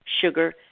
sugar